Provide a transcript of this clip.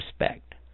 respect